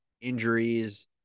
injuries